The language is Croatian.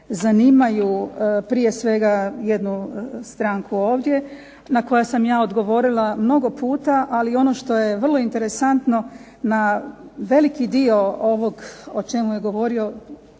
zanimaju prije svega jednu stranku ovdje, na koja sam ja odgovorila mnogo puta. Ali ono što je vrlo interesantno na veliki dio ovog o čemu je govorio